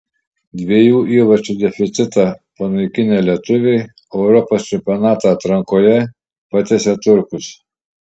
dviejų įvarčių deficitą panaikinę lietuviai europos čempionato atrankoje patiesė turkus